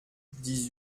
dix